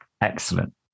Excellent